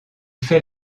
fait